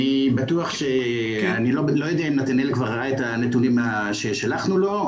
אני לא יודע אם נתנאל כבר ראה את הנתונים ששלחנו לו.